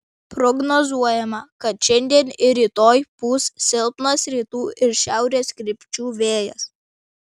prognozuojama kad šiandien ir rytoj pūs silpnas rytų ir šiaurės krypčių vėjas